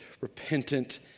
repentant